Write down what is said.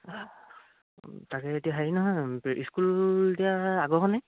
তাকে এতিয়া হেৰি নহয় তোৰ স্কুল এতিয়া আগৰখনেই